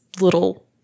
little